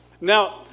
Now